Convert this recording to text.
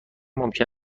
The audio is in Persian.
ممکن